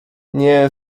nie